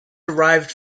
derived